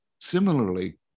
Similarly